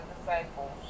disciples